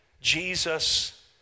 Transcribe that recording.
Jesus